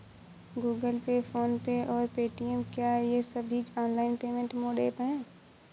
Google pay PhonePe और Paytm क्या ये सभी ऑनलाइन पेमेंट मोड ऐप हैं?